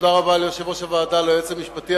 תודה רבה ליושב-ראש הוועדה וליועץ המשפטי.